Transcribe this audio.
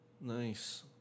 Nice